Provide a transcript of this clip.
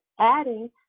adding